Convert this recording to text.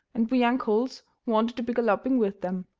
and we young colts wanted to be galloping with them,